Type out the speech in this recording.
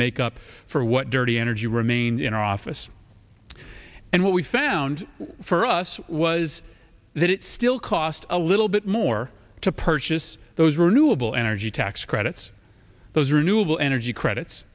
make up for what dirty energy remain in office and what we found for us was that it still cost a little bit more to purchase those renewable energy tax credits those renewable energy credits